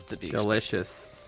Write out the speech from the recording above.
Delicious